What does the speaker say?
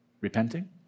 repenting